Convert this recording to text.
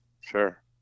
sure